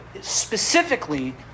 specifically